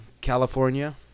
California